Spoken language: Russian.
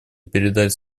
передать